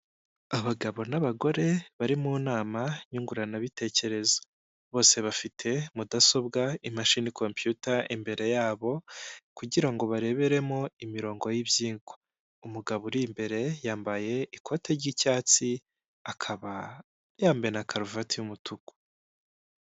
Abagabo n'abagore bari mu nama nyunguranabitekerezo, bose bafite mudasobwa, imashini compiyuta imbere yabo, kugira ngo bareberemo imirongo y'ibyigwa, umugabo uri imbere yambaye ikote ry'icyatsi, akaba yambaye na karuvati y'umutuku.